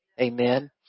Amen